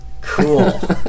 Cool